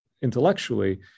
intellectually